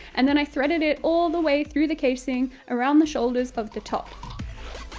and then i threaded it all the way through the casing around the shoulders of the top.